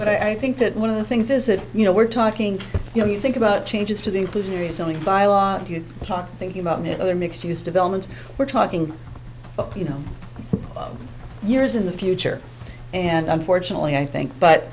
but i think that one of the things is that you know we're talking you know you think about changes to the inclusionary zoning bylaw talk thinking about other mixed use development we're talking you know years in the future and unfortunately i think but